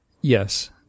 Yes